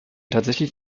tatsächlich